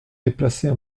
déplacer